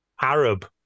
arab